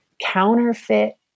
counterfeit